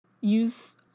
use